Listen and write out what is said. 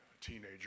teenager